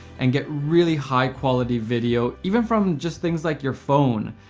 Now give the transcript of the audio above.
and get really high-quality video even from just things like your phone,